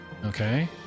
okay